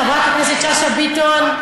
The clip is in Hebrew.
חברת הכנסת שאשא ביטון.